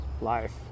life